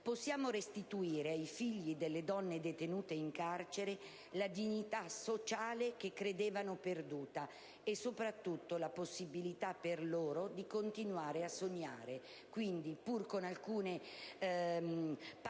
possiamo restituire ai figli delle donne detenute in carcere la dignità sociale che credevano perduta e soprattutto la possibilità per loro di continuare a sognare. Quindi, pur con alcune parti